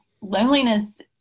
loneliness